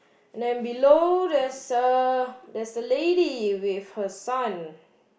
and then below there's a there's a lady with her son